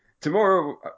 Tomorrow